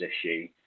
issue